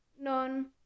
none